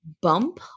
bump